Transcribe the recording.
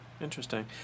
Interesting